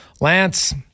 Lance